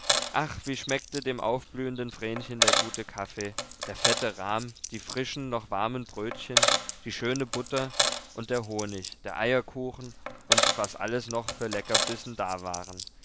ach wie schmeckte dem aufblühenden vrenchen der gute kaffee der fette rahm die frischen noch warmen brötchen die schöne butter und der honig der eierkuchen und was alles noch für leckerbissen da waren